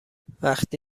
وقتی